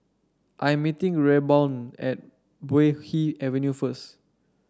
I am meeting Rayburn at Puay Hee Avenue first